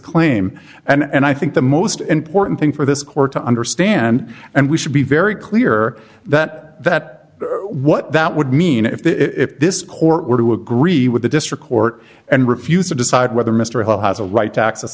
claim and i think the most important thing for this court to understand and we should be very clear the that what that would mean if the if this court were to agree with the district court and refuse to decide whether mr hall has a right